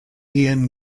ian